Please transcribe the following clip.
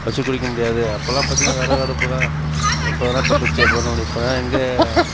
வெச்சு குளிக்க முடியாது அப்போல்லாம் பார்த்தீங்கன்னா விறகடுப்பு தான் எப்போ வேணால் பற்ற வெச்சு எப்போ வேணால் குளி இப்போல்லாம் எங்கே